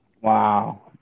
Wow